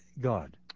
God